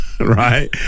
Right